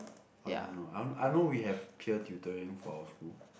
I didn't know I I know we have peer tutoring for our school